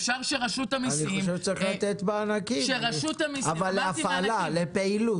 אפשר שרשות המיסים -- צריך לתת מענקים אבל לפעילות,